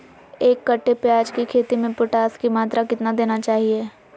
एक कट्टे प्याज की खेती में पोटास की मात्रा कितना देना चाहिए?